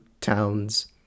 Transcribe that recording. towns